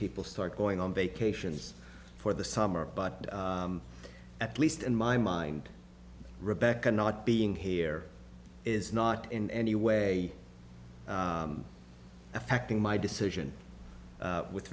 people start going on vacations for the summer but at least in my mind rebecca not being here is not in any way affecting my decision with